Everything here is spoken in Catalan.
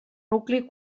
nucli